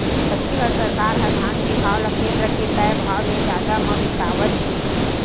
छत्तीसगढ़ सरकार ह धान के भाव ल केन्द्र के तय भाव ले जादा म बिसावत हे